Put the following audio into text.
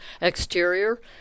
exterior